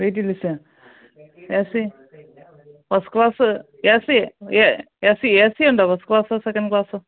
waiting ലിസ്റ്റാ A C first class A C A C A C ഉണ്ടോ first ക്ലാസ്സോ second ക്ലാസ്സോ